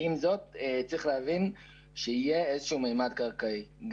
עם זאת צריך להבין שיהיה איזשהו ממד קרקעי,